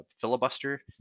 filibuster